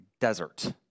desert